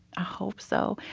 i hope so.